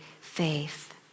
faith